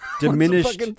diminished